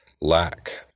lack